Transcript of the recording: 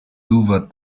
hoovered